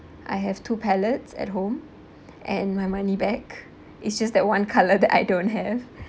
I have two palettes at home and my money back it's just that one color that I don't have